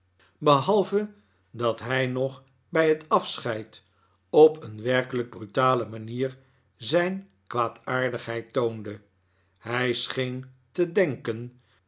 behalve dat hij nog bij het afscheid op een werkelijk brutale manier zijn kwaadaardigheid toonde hij scheen te denken